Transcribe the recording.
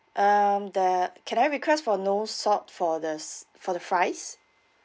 um the can I request for no salt for the s~ for the fries